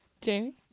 Jamie